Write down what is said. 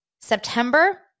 September